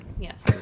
Yes